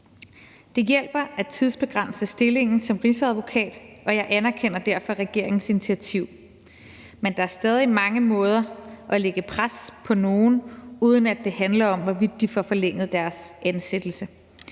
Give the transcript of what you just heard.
Det hjælper at tidsbegrænse stillingen som rigsadvokat, og jeg anerkender derfor regeringens initiativ, men der er stadig mange måder at lægge pres på nogen, uden at det handler om, hvorvidt de får forlænget deres ansættelse.